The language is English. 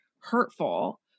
hurtful